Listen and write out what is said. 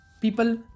people